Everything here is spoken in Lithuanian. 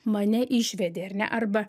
mane išvedei ar ne arba